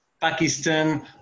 Pakistan